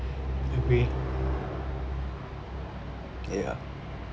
agree yeah